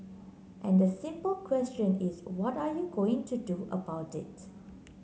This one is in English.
and the simple question is what are you going to do about it